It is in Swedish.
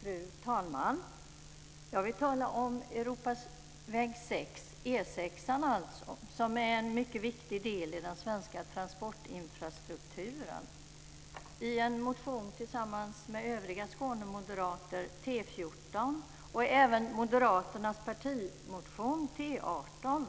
Fru talman! Jag vill tala om Europaväg 6 - alltså E 6:an - som är en mycket viktig del i den svenska transportinfrastrukturen. I en motion, som jag har skrivit tillsammans med övriga Skånemoderater, T14, och i moderaternas partimotion, T18,